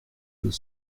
deux